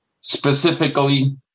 specifically